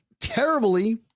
terribly